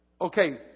okay